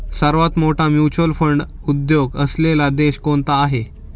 सर्वात मोठा mutual fund उद्योग असलेला देश कोणता आहे?